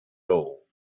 hole